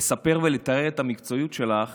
לספר ולתאר את המקצועיות שלך